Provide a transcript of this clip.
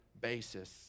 basis